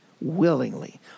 willingly